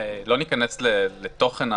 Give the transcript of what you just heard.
יש פירוט של השינויים בתקנות.